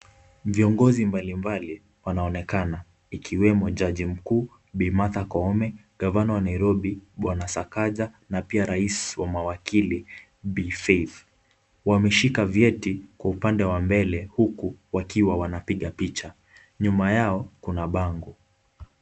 Viongozi mbali mbali wanaonekana ikiwemo jaji mkuu Bi Martha Koome, gavana wa Nairobi Bwana Sakaja na pia rais wa mawakili Bi Faith, wameshika vyeti kwa upande wa mbele huku wakiwa wanapiga picha, nyuma yao kuna bango.